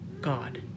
God